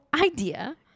idea